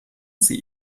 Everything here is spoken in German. sie